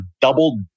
double